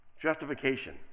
Justification